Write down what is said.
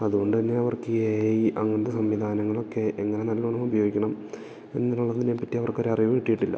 അതുകൊണ്ട് തന്നെ അവർക്ക് എ ഐ അങ്ങനത്തെ സംവിധാനങ്ങൾ ഒക്കെ എങ്ങനെ നല്ലോണം ഉപയോഗിക്കണം എന്നതിന് ഉള്ളതിനെപ്പറ്റി അവർക്ക് ഒരു അറിവ് കിട്ടിയിട്ടില്ല